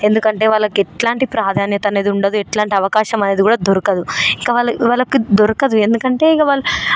ఎందుకంటే వాళ్ళకి ఎట్లాంటి ప్రాధాన్యత అనేది ఉండదు ఎట్లాంటి అవకాశమనేది కూడ దొరకదు ఇక వాళ్ళ వాళ్ళకి దొరకదు ఎందుకంటే ఇంక వాళ్ళు